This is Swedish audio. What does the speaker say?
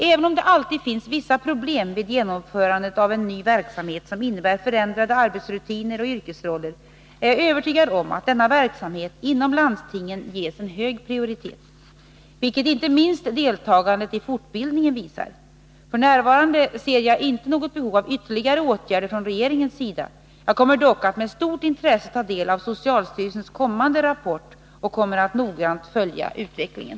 Även om det alltid finns vissa problem vid genomförandet av en ny verksamhet som innebär förändrade arbetsrutiner och yrkesroller är jag övertygad om att denna verksamhet inom landstingen ges en hög prioritet, vilket inte minst deltagandet i fortbildningen visar. F. n. ser jag inte något behov av ytterligare åtgärder från regeringens sida. Jag kommer dock att med stort intresse ta del av socialstyrelsens kommande rapport och noggrant följa utvecklingen.